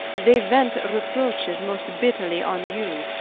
they vent reproches most bitterly on you,